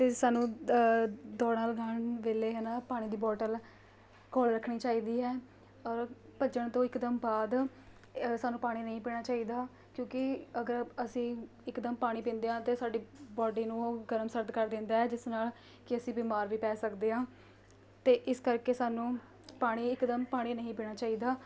ਅਤੇ ਸਾਨੂੰ ਦੌੜਾਂ ਲਗਾਉਣ ਵੇਲੇ ਹੈ ਨਾ ਪਾਣੀ ਦੀ ਬੋਟਲ ਕੋਲ਼ ਰੱਖਣੀ ਚਾਹੀਦੀ ਹੈ ਔਰ ਭੱਜਣ ਤੋਂ ਇਕਦਮ ਬਾਅਦ ਇਹ ਸਾਨੂੰ ਪਾਣੀ ਨਹੀਂ ਪੀਣਾ ਚਾਹੀਦਾ ਕਿਉਂਕਿ ਅਗਰ ਆਪਾਂ ਅਸੀਂ ਇਕਦਮ ਪਾਣੀ ਪੀਂਦੇ ਹਾਂ ਅਤੇ ਸਾਡੀ ਬੌਡੀ ਨੂੰ ਉਹ ਗਰਮ ਸਰਦ ਕਰ ਦਿੰਦਾ ਹੈ ਜਿਸ ਨਾਲ਼ ਕਿ ਅਸੀਂ ਬਿਮਾਰ ਵੀ ਪੈ ਸਕਦੇ ਹਾਂ ਅਤੇ ਇਸ ਕਰਕੇ ਸਾਨੂੰ ਪਾਣੀ ਇਕਦਮ ਪਾਣੀ ਨਹੀਂ ਪੀਣਾ ਚਾਹੀਦਾ